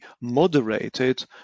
moderated